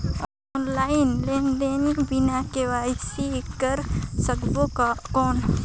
Online लेनदेन बिना KYC कर सकबो कौन??